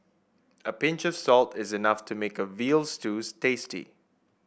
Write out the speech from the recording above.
a pinch of salt is enough to make a veal stew tasty